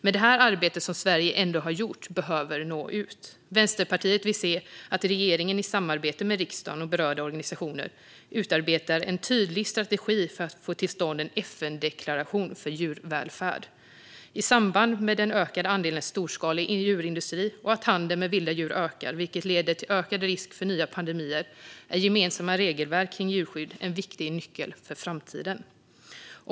Men det arbete som Sverige ändå har gjort behöver nå ut. Vänsterpartiet vill se att regeringen i samarbete med riksdagen och berörda organisationer utarbetar en tydlig strategi för att få till stånd en FN-deklaration för djurvälfärd. I samband med den ökade andelen storskalig djurindustri och att handeln med vilda djur ökar, vilket leder till en ökad risk för nya pandemier, är gemensamma regelverk kring djurskydd en viktig nyckel för framtiden.